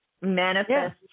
manifest